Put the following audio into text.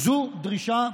זו דרישה בסיסית.